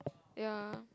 ya